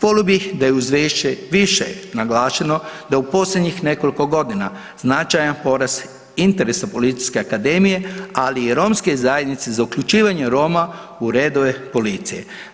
Volio bih da je u izvješću više naglašeno da je u posljednjih nekoliko godina značajan porast interesa Policijske akademije, ali i romske zajednice za uključivanje Roma u redove policije.